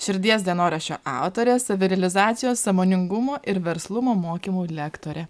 širdies dienoraščio autorė savirealizacijos sąmoningumo ir verslumo mokymų lektorė